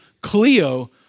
Cleo